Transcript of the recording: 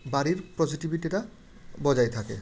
বাড়ির পজিটিভিটিটা বজায় থাকে